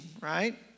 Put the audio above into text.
right